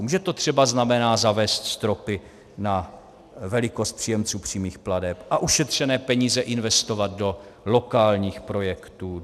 Že to třeba znamená zavést stropy na velikost příjemců přímých plateb a ušetřené peníze investovat do lokálních projektů.